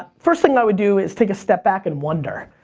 ah first thing i would do is take a step back and wonder,